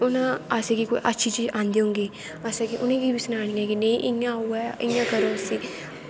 हून असेंगी कोई अच्छी चीज़ आंदी होगी नेंई असैं उनेंगी बी सनानी ऐ इयां होए इयां करो इसी